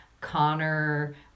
Connor